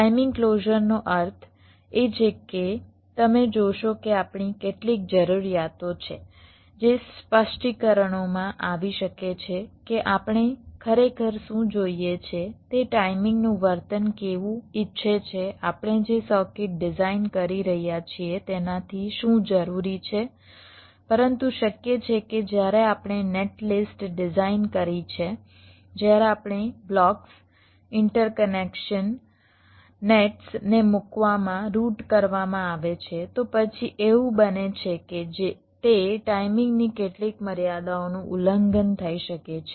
timing ક્લોઝરનો અર્થ એ છે કે તમે જોશો કે આપણી કેટલીક જરૂરિયાતો છે જે સ્પષ્ટીકરણોમાંથી આવી શકે છે કે આપણે ખરેખર શું જોઈએ છે તે ટાઇમિંગનું વર્તન કેવું ઇચ્છે છે આપણે જે સર્કિટ ડિઝાઇન કરી રહ્યા છીએ તેનાથી શું જરૂરી છે પરંતુ શક્ય છે કે જ્યારે આપણે નેટ લિસ્ટ ડિઝાઇન કરી છે જ્યારે આપણે બ્લોક્સ ઇન્ટરકનેક્શન નેટ્સ ને મૂકવામાં રૂટ કરવામાં આવે છે તો પછી એવું બને છે કે તે ટાઇમિંગની કેટલીક મર્યાદાઓનું ઉલ્લંઘન થઈ શકે છે